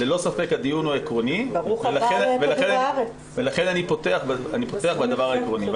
ללא ספק הדיון הוא עקרוני ולכן אני פותח בדבר העקרוני.